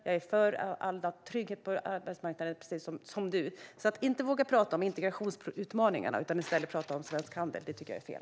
Jag är för allmän trygghet på arbetsmarknaden precis som du är. Att inte våga prata om integrationsutmaningarna utan i stället prata om svensk handel tycker jag är fel.